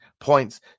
points